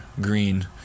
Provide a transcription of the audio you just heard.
green